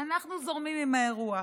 אנחנו זורמים עם האירוע.